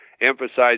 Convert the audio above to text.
emphasize